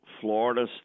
Florida